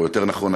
או יותר נכון,